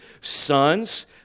sons